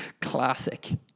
Classic